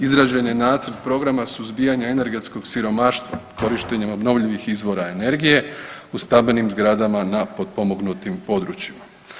Izrađen je Nacrt programa suzbijanja energetskog siromaštva korištenjem obnovljivim izvorima energije u stambenim zgradama na potpomognutim područjima.